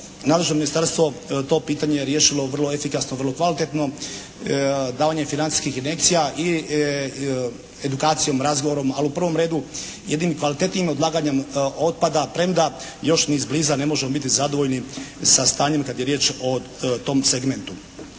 nadležno Ministarstvo to pitanje riješilo vrlo efikasno, vrlo kvalitetno davanjem financijskih injekcija i edukacijom, razgovorom ali u prvom redu jednim kvalitetnim odlaganjem otpada. Premda još ni izbliza ne možemo biti zadovoljni sa stanjem kad je riječ o tom segmentu.